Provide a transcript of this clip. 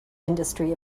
industry